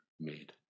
made